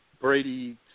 Brady